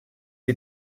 die